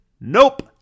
Nope